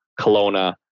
Kelowna